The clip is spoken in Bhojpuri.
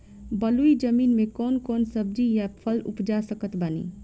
बलुई जमीन मे कौन कौन सब्जी या फल उपजा सकत बानी?